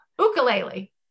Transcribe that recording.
ukulele